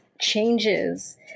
changes